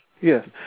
Yes